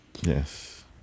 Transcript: yes